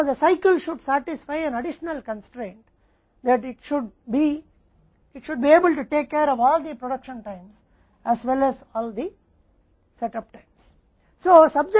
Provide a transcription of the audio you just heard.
तो चक्र को एक अतिरिक्त बाधा को संतुष्ट करना चाहिए कि यह सभी उत्पादन समय के साथ साथ सभी सेटअप समय का भी ध्यान रखने में सक्षम होना चाहिए